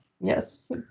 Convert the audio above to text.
Yes